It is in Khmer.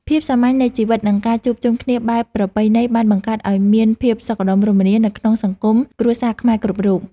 ភាពសាមញ្ញនៃជីវិតនិងការជួបជុំគ្នាបែបប្រពៃណីបានបង្កើតឱ្យមានភាពសុខដុមរមនានៅក្នុងសង្គមគ្រួសារខ្មែរគ្រប់រូប។